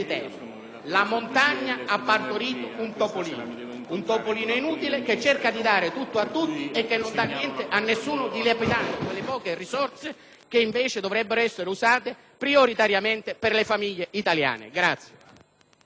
la montagna ha partorito un topolino inutile che cerca di dare tutto a tutti e che non dà niente a nessuno, dilapidando quelle poche risorse che invece dovrebbero essere usate prioritariamente per le famiglie italiane.